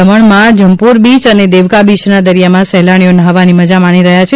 દમણમાં જંપાર બીય અને દેવકાબીચના દરિયામાં સહેલાણીઓ નાહવાની મઝા માણી રહ્યા છે